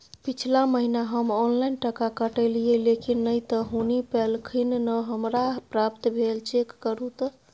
पिछला महीना हम ऑनलाइन टका कटैलिये लेकिन नय त हुनी पैलखिन न हमरा प्राप्त भेल, चेक करू त?